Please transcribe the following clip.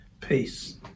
peace